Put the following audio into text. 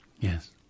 yes